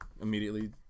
Immediately